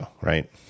right